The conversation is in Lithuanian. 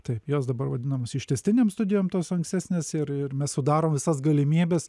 taip jos dabar vadinamos ištęstinėm studijom tos ankstesnės ir ir mes sudaro visas galimybes